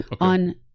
on